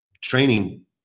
training